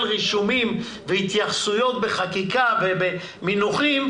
רישומים והתייחסויות בחקיקה ובמינוחים,